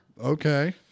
Okay